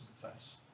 success